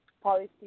policy